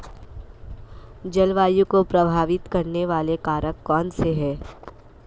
जलवायु को प्रभावित करने वाले कारक कौनसे हैं?